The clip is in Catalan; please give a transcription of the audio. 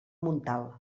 montalt